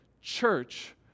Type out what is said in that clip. church